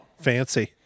fancy